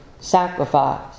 sacrifice